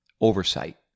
Oversight